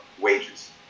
wages